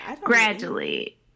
Gradually